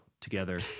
together